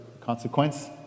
consequence